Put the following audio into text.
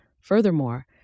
Furthermore